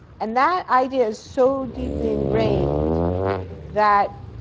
and that idea is so deeply ingrained that